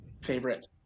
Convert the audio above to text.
favorite